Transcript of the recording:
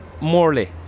Morley